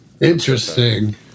Interesting